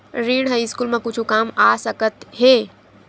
ऋण ह स्कूल मा कुछु काम आ सकत हे?